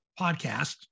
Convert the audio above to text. podcast